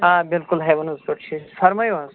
آ بلکل ہیٚونٕز پٮ۪ٹھ چھِ أسۍ فرمٲیِو حظ